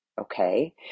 okay